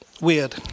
weird